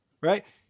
right